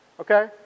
Okay